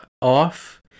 off